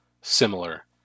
similar